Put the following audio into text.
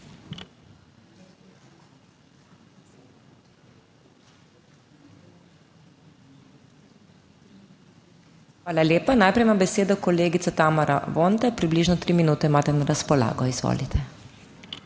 Hvala lepa. Najprej ima besedo kolegica Tamara Vonta, približno 3 minute imate na razpolago, izvolite.